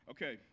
Okay